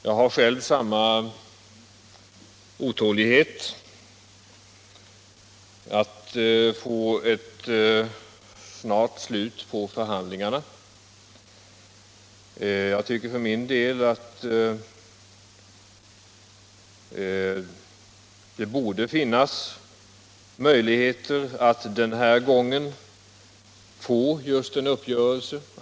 Jag känner själv samma otålighet att få ett snart slut på förhandlingarna och tycker för min del att det borde finnas möjligheter att den här gången nå en uppgörelse.